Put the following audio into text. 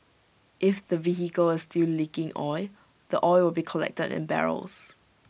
if the vehicle is still leaking oil the oil will be collected in barrels